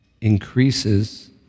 increases